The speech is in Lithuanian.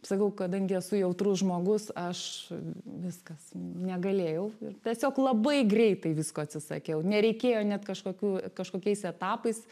sakau kadangi esu jautrus žmogus aš viskas negalėjau tiesiog labai greitai visko atsisakiau nereikėjo net kažkokių kažkokiais etapais